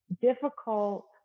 difficult